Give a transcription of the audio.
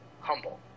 humble